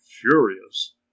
furious